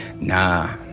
Nah